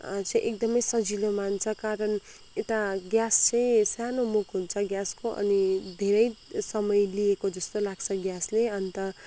चाहिँ एकदमै सजिलो मान्छ कारण यता ग्यास चाहिँ सानो मुख हुन्छ ग्यासको अनि धेरै समय लिएको जस्तो लाग्छ ग्यासले अन्त